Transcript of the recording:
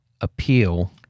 appeal